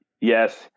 Yes